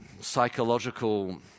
psychological